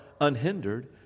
unhindered